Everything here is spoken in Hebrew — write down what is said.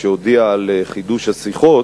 כשהודיעה על חידוש השיחות,